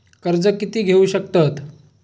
कर्ज कीती घेऊ शकतत?